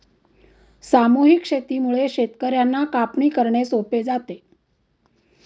सामूहिक शेतीमुळे शेतकर्यांना कापणी करणे सोपे जाते